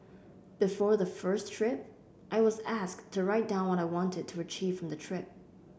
before the first trip I was asked to write down what I wanted to achieve from the trip